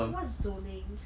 what's zoning